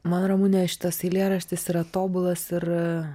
man ramune šitas eilėraštis yra tobulas ir